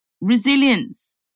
Resilience